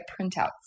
printouts